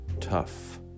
tough